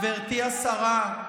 גברתי השרה,